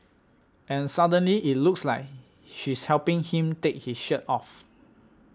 and suddenly it looks like she's helping him take his shirt off